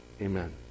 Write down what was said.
Amen